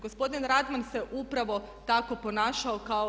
Gospodin Radman se upravo tako ponašao kao